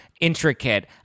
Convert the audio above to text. intricate